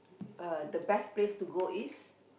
uh the best place to go is